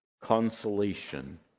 consolation